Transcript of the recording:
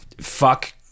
Fuck